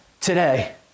today